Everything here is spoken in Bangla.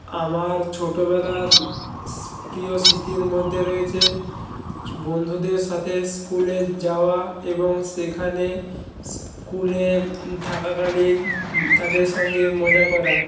আমার ছোটোবেলার প্রিয় স্মৃতির মধ্যে রয়েছে বন্ধুদের সাথে স্কুলে যাওয়া এবং সেখানে স্কুলে থাকাকালীন তাদের সঙ্গে মজা করা